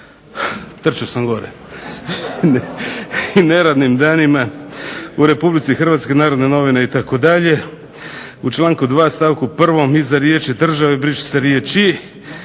trčao sam gore i neradnim danima u Republici Hrvatskoj, "Narodne novine" itd. U članku 2. stavku prvom iza riječi: "države" briše se riječ